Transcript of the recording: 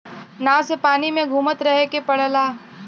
नाव से पानी में घुमत रहे के पड़ला